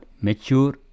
mature